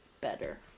better